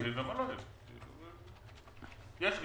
יש גידול.